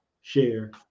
share